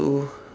so